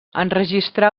enregistrà